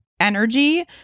energy